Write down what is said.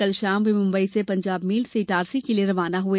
कल शाम वे मुंबई से पंजाब मेल से इटारसी के लिए रवाना हुए